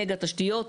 מגה תשתיות,